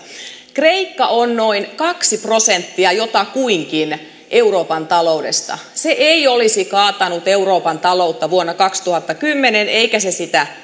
kreikka on noin kaksi prosenttia jotakuinkin euroopan taloudesta se ei olisi kaatanut euroopan taloutta vuonna kaksituhattakymmenen eikä se sitä